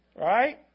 Right